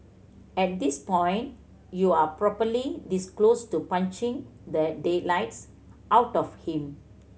at this point you're probably this close to punching the daylights out of him